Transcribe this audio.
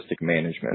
Management